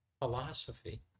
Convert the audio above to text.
philosophy